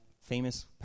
famous